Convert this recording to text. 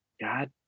God